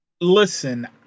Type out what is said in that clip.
listen